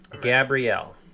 Gabrielle